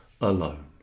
alone